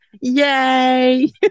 Yay